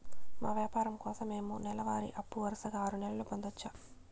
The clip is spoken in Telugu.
మా వ్యాపారం కోసం మేము నెల వారి అప్పు వరుసగా ఆరు నెలలు పొందొచ్చా?